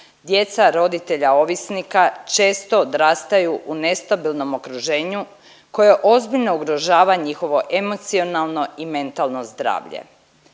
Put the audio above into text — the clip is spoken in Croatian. Djeca roditelja ovisnika često odrastaju u nestabilnom okruženju koje ozbiljno ugrožava njihovo emocionalno i mentalno zdravlje.